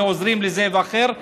ועוזרים לזה ולאחר.